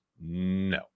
No